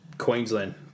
Queensland